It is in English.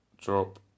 Drop